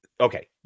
Okay